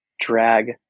drag